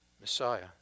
Messiah